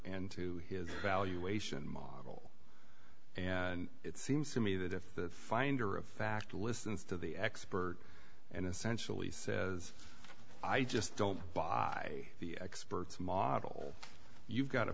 and to his valuation model and it seems to me that if the finder of fact listens to the expert and essentially says i just don't buy the experts model you've got a